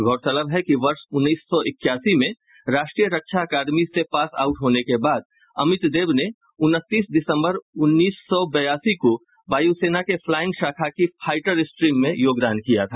गौरतलब है कि वर्ष उन्नीस सौ इक्यासी में राष्ट्रीय रक्षा अकादमी से पास आउट होने के बाद अमित देव ने उनतीस दिसंबर उन्नीस सौ बयासी को वायुसेना के फ्लाईंग शाखा की फाईटर स्ट्रीम में योगदान किया था